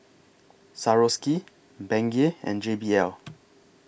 Swarovski Bengay and J B L